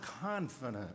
confident